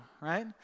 right